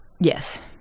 Yes